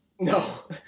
no